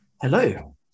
Hello